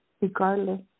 Regardless